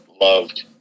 loved